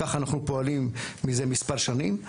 כך אנחנו פועלים מזה מספר שנים.